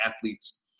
athletes